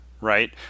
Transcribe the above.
right